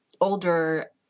older